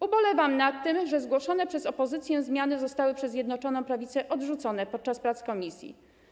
Ubolewam nad tym, że zgłoszone przez opozycję zmiany zostały przez Zjednoczoną Prawicę odrzucone podczas prac komisji.